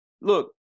Look